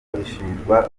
bishinjwa